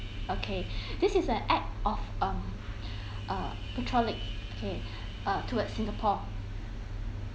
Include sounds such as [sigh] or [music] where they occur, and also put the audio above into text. okay [breath] this is an act of um uh patriotic okay [breath] uh towards singapore